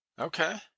Okay